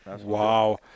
Wow